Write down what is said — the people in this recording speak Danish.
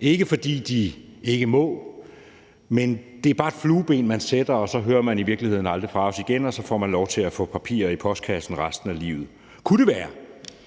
Det er ikke, fordi de ikke må, men det er bare et flueben, de sætter, og så hører de i virkeligheden aldrig fra os igen, og så får de lov til at få papirer i postkassen resten af livet. Kunne det være,